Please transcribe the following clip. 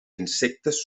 insectes